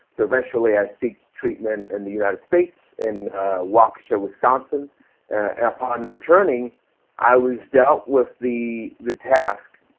eventually i seeked treatment in the united states, in waukesha, wisconsin, and upon returning i was dealt with the the task.